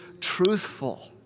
truthful